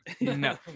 No